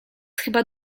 chyba